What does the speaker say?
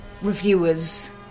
reviewers